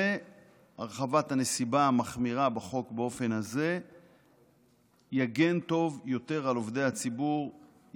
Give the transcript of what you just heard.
הרחבת הנסיבה המחמירה בחוק באופן הזה תגן טוב יותר על עובדי הציבור,